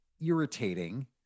irritating